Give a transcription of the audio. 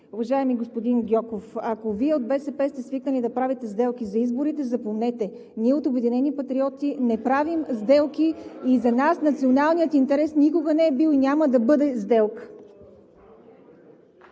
Уважаеми господин Гьоков, ако Вие от БСП сте свикнали да правите сделки за изборите, запомнете: ние от „Обединени патриоти“ не правим сделки и за нас националният интерес никога не е бил и няма да бъде сделка.